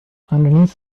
underneath